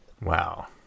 Wow